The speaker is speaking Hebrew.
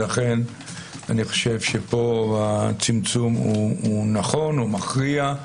לכן אני חושב שפה הצמצום הוא נכון או מכריע.